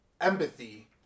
empathy